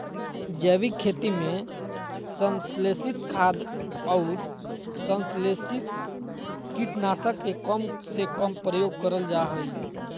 जैविक खेती में संश्लेषित खाद, अउर संस्लेषित कीट नाशक के कम से कम प्रयोग करल जा हई